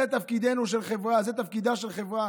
זה תפקידה של חברה.